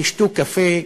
תשתו קפה,